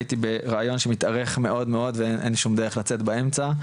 הייתי בראיון שמתארך מאוד מאוד ואין שום דרך לצאת באמצע,